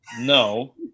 No